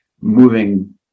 moving